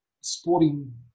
sporting